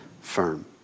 firm